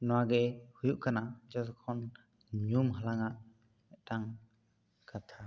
ᱱᱚᱣᱟ ᱜᱮ ᱦᱩᱭᱩᱜ ᱠᱟᱱᱟ ᱡᱚᱛᱚᱠᱷᱚᱱ ᱧᱩᱢ ᱦᱟᱞᱟᱝᱼᱟᱜ ᱢᱤᱫᱴᱟᱝ ᱠᱟᱛᱷᱟ